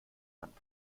hand